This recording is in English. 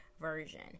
version